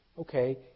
Okay